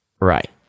Right